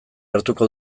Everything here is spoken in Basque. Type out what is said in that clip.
hartuko